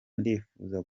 ndifuza